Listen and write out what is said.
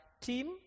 team